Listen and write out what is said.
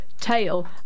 tail